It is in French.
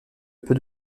peu